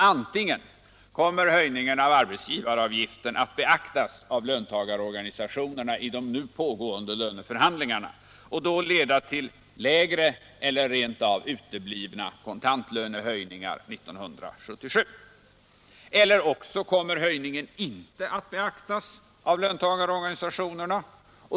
Antingen kommer höjningen av arbetsgivaravgiften att beaktas av löntagarorganisationerna i de nu pågående löneförhandlingarna och då leda till lägre eller rent av uteblivna kontantlönehöjningar för 1977 eller också kommer höjningen av arbetsgivaravgiften inte att beaktas av löntagarorganisationerna.